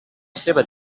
seva